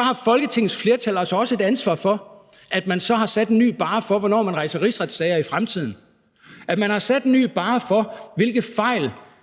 at Folketingets flertal altså så også har et ansvar for, at man så har sat en ny barre for, hvornår man rejser rigsretssager i fremtiden, at man har sat en ny barre for, hvilke fejl